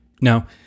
Now